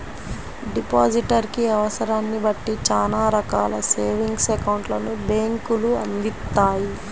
depositor కి అవసరాన్ని బట్టి చానా రకాల సేవింగ్స్ అకౌంట్లను బ్యేంకులు అందిత్తాయి